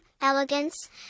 elegance